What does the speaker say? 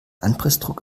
anpressdruck